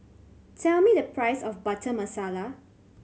tell me the price of Butter Masala